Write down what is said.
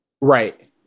Right